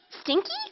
Stinky